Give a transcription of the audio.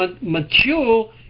mature